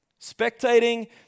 Spectating